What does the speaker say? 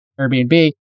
airbnb